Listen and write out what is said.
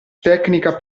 tecnica